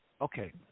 okay